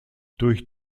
durch